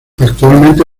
actualmente